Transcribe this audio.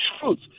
truth